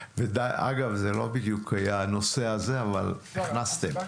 אגב, זה לא בדיוק היה הנושא הזה, אבל הכנסתם.